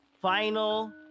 final